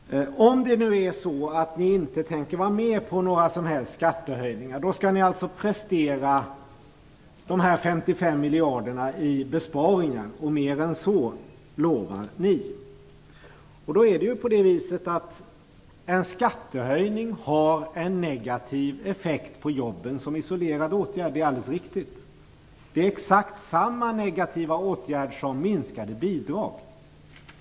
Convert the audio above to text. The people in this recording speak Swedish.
Om det nu är så att ni inte tänker vara med på några som helst skattehöjningar, har ni lovat att prestera dessa 55 miljarder och mer än så i besparingar. En skattehöjning har som isolerad åtgärd en negativ effekt på jobben - det är alldeles riktigt. Exakt samma negativa effekt har minskade bidrag.